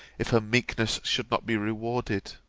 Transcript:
if her meekness should not be rewarded?